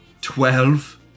Twelve